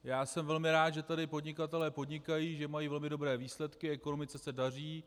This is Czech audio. Já jsem velmi rád, že tady podnikatelé podnikají, že mají velmi dobré výsledky, ekonomice se daří.